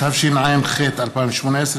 התשע"ח 2018,